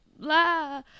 blah